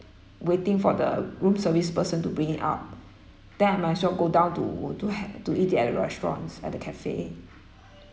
waiting for the room service person to bring it up then I might as well go down to to have to eat the at the restaurants at the cafe